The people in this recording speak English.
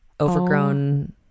overgrown